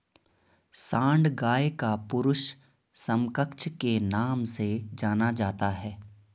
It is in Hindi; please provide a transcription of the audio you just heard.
सांड गाय का पुरुष समकक्ष के नाम से जाना जाता है